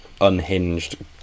unhinged